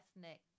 ethnic